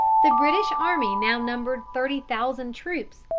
the british army now numbered thirty thousand troops,